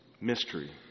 mystery